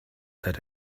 that